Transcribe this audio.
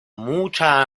mucha